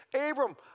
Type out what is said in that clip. Abram